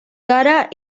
cara